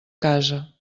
casa